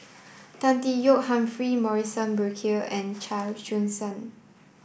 Tan Tee Yoke Humphrey Morrison Burkill and Chia Choo Suan